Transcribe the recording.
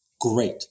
Great